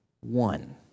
one